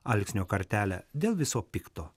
alksnio kartelę dėl viso pikto